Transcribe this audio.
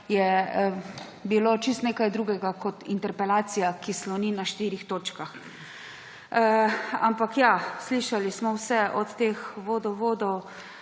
je bilo čisto nekaj drugega kot interpelacija, ki sloni na štirih točkah. Ampak ja, slišali smo vse; od teh vodovodov